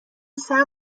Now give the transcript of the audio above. صبر